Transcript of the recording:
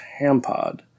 hampod